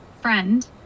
friend